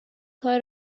کار